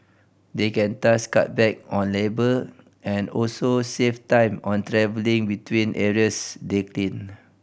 they can thus cut back on labour and also save time on travelling between areas they clean